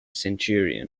centurion